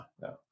no